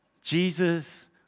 Jesus